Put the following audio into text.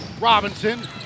Robinson